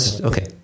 Okay